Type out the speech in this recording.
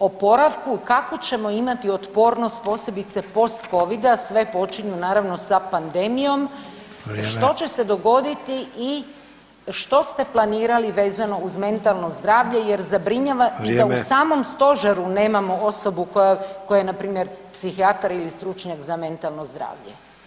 oporavku, kakvu ćemo imati otpornost posebice postcovida sve počinju naravno sa pandemijom [[Upadica: Vrijeme.]] što će se dogoditi i što ste planirani vezano uz mentalno zdravlje jer zabrinjava da u samom stožeru [[Upadica: Vrijeme.]] nemamo osobu koja je npr. psihijatar ili stručnjak za mentalno zdravlje.